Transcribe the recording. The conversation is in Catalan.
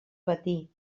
patir